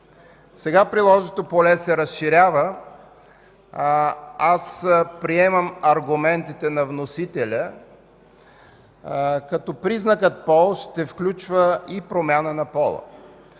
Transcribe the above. Сега приложното поле се разширява. Приемам аргументите на вносителя, като признакът „пол” ще включва и промяна на пола.